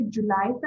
July